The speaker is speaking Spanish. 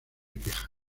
quejas